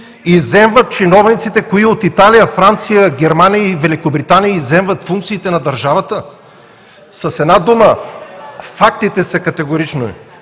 Чиновниците от Италия, Франция, Германия и Великобритания изземват функциите на държавата. С една дума фактите са категорични: